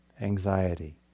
anxiety